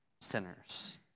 sinners